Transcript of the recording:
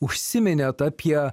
užsiminėt apie